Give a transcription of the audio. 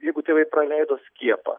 jeigu tėvai praleido skiepą